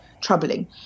troubling